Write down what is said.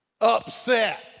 upset